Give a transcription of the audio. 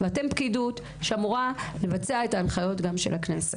ואתם פקידות שאמורה לבצע את ההנחיות גם של הכנסת.